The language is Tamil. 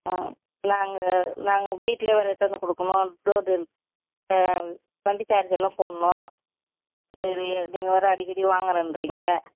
ம் நாங்கள் நாங்கள் வீட்லேயே வேறு எடுத்து வந்து கொடுக்குணும் டோர் டெல் வண்டி சார்ஜெலாம் போடணும் சரி நீங்கள் வேறு அடிக்கடி வாங்குகிறேன்றீங்க